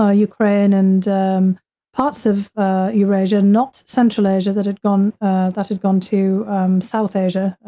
ah ukraine, and um parts of eurasia, not central asia, that had gone that had gone to south asia,